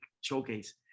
Showcase